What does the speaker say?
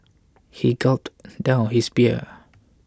he gulped down his beer